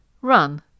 Run